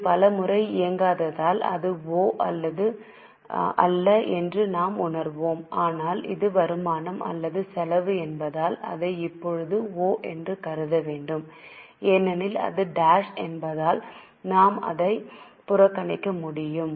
இது பல முறை இயங்காததால் அது ஓ அல்ல என்று நாம் உணர்கிறோம் ஆனால் அது வருமானம் அல்லது செலவு என்பதால் அதை இப்போது ஓ என்று கருத வேண்டும் ஏனெனில் அது டாஷ் என்பதால் அதை நாம் புறக்கணிக்க முடியும்